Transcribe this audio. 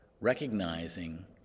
recognizing